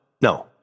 no